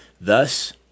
thus